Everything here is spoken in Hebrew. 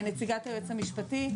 נציגת היועץ המשפטי,